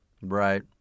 Right